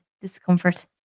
discomfort